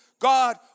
God